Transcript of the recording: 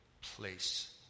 place